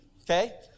okay